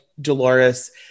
Dolores